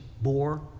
bore